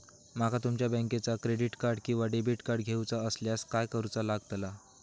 माका तुमच्या बँकेचा क्रेडिट कार्ड किंवा डेबिट कार्ड घेऊचा असल्यास काय करूचा लागताला?